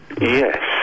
Yes